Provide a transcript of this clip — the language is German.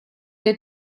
der